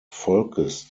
volkes